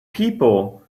people